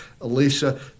Alicia